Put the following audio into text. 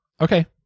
Okay